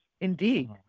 indeed